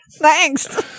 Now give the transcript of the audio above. thanks